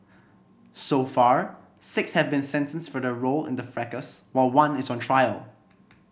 so far six have been sentenced for their role in the fracas while one is on trial